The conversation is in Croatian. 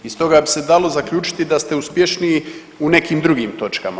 Iz toga bi se dalo zaključiti da ste uspješniji u nekim drugim točkama.